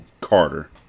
Carter